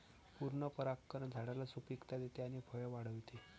पूर्ण परागकण झाडाला सुपिकता देते आणि फळे वाढवते